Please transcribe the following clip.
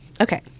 okay